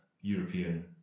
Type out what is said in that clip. European